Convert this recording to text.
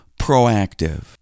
proactive